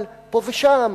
אבל פה ושם,